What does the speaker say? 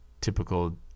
typical